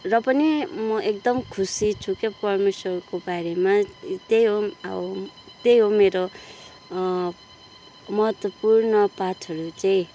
र पनि म एकदम खुसी छु क्या परमेश्वरको बारेमा त्यही हो अब त्यही हो मेरो महत्त्वपूर्ण पाठहरू चाहिँ